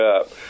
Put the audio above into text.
up